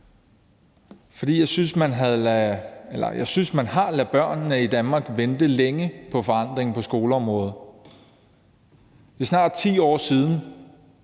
for jeg synes, man har ladet børnene i Danmark vente længe på forandring på skoleområdet. Det er snart 10 år siden,